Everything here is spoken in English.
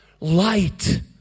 light